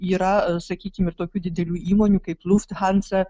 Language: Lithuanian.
yra sakykim ir tokių didelių įmonių kaip plūst hansa